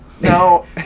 No